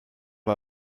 war